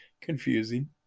confusing